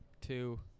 two